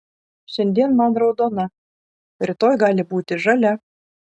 šiandien man raudona rytoj gali būti žalia